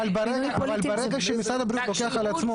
אבל ברגע שמשרד הבריאות לוקח על עצמו --- אני